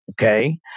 okay